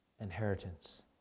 inheritance